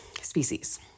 species